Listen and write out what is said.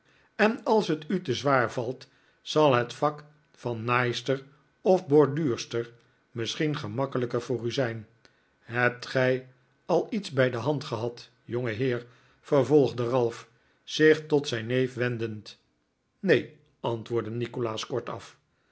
en als het u te zwaar valt zal het vak van naaister of borduurster misschien gemakkelijker voor u zijn hebt g ij al iets bij de hand gehad jongeheer vervolgde ralph zich tot zijn neef wendend neen antwoordde nikolaas kortaf